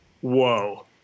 whoa